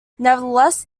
nevertheless